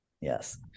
Yes